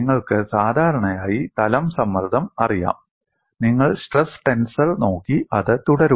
നിങ്ങൾക്ക് സാധാരണയായി തലം സമ്മർദ്ദം അറിയാം നിങ്ങൾ സ്ട്രെസ് ടെൻസർ നോക്കി അത് തുടരുക